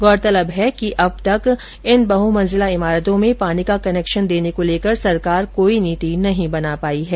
गौरतलब है कि अब तक बहुमंजिला फ्लेटों में पानी का कनेक्शन देने को लेकर सरकार कोई नीति नहीं बना पाई है